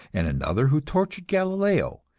and another who tortured galileo,